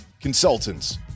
Consultants